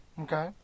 Okay